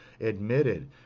admitted